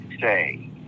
say